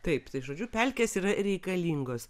taip tai žodžiu pelkės yra reikalingos